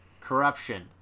Corruption